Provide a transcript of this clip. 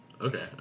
Okay